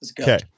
Okay